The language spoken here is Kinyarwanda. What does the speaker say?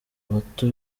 bato